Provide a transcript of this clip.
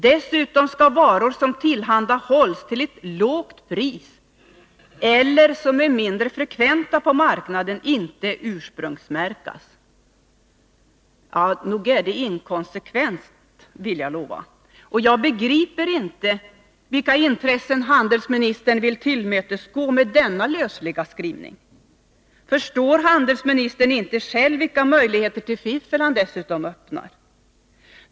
Dessutom skall varor som tillhandahålls till ett lågt pris eller som är mindre frekventa på marknaden inte ursprungsmärkas. Nog är det inkonsekvent, vill jag lova! Jag begriper inte vilka intressen handelsministern vill tillmötesgå med denna lösliga skrivning. Förstår handelsministern inte själv vilka möjligheter till fiffel han dessutom öppnar?